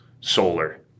solar